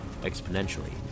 exponentially